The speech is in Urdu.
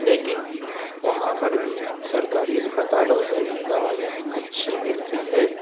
لیکن وہاں پر بھی سرکاری اسپتالوں میں بھی دوائیاں اچھی ملتی ہے